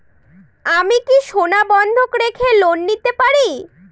আমি কি সোনা বন্ধক রেখে লোন পেতে পারি?